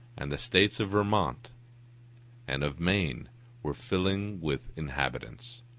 and the states of vermont and of maine were filling with inhabitants.